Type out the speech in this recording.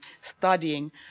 studying